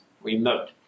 remote